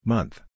Month